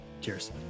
Cheers